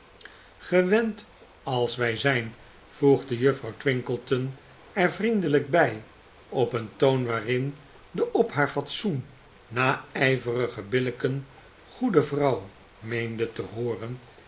gewend als wy zyn voegde juffrouw twinkleton er vriendelyk bij op een toon waarin de op haar fatsoen nayverige billicken goede vrouw meende te hooren